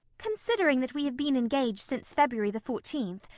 considering that we have been engaged since february the fourteenth,